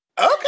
Okay